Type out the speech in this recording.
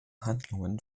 handlungen